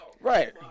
Right